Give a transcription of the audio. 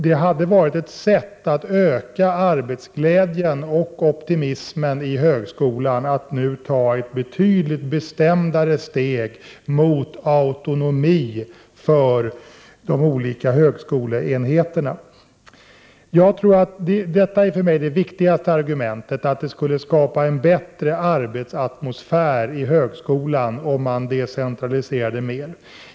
Det hade varit ett sätt att öka arbetsglädjen och optimismen att nu ta ett betydligt bestämdare steg mot autonomi för de olika högskoleenheterna. För mig är detta det viktigaste argumentet, att det skulle skapa en bättre arbetsatmosfär i högskolan om man decentraliserade mer.